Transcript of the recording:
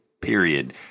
period